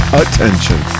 attention